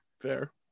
Fair